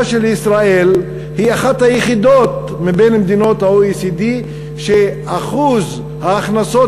שישראל היא אחת היחידות מבין מדינות ה-OECD שאחוז ההכנסות